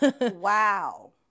Wow